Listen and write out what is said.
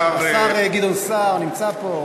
השר גדעון סער נמצא פה,